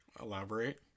Elaborate